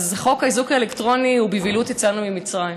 אז חוק האיזוק האלקטרוני הוא "בבהילות יצאנו ממצרים",